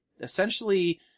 essentially